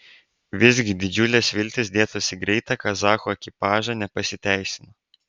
visgi didžiulės viltys dėtos į greitą kazachų ekipažą nepasiteisino